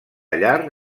llar